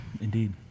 Indeed